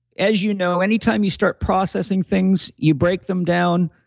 as you know, anytime you start processing things, you break them down.